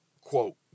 quote